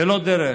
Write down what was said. זה לא דרך.